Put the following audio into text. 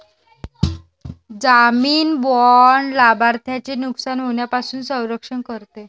जामीन बाँड लाभार्थ्याचे नुकसान होण्यापासून संरक्षण करते